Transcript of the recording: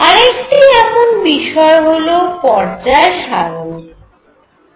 আরেকটি এমন বিষয় হল পর্যায় সারণি